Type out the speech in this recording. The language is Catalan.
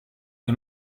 que